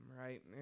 right